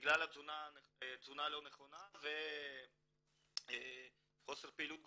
בגלל תזונה לא נכונה וחוסר פעילות גופנית.